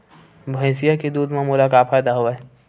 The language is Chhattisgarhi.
भैंसिया के दूध म मोला का फ़ायदा हवय?